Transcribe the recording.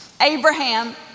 Abraham